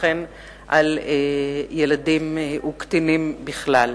וכן על ילדים וקטינים בכלל.